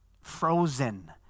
frozen